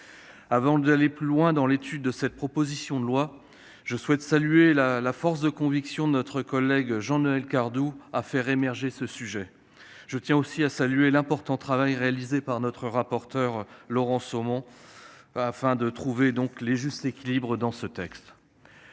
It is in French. Avant d'entrer plus avant dans le détail de ces dispositions, je souhaite souligner la force de conviction de notre collègue Jean-Noël Cardoux pour faire émerger le sujet. Je tiens aussi à saluer l'important travail réalisé par notre rapporteur, Laurent Somon, afin de trouver les justes équilibres. Le constat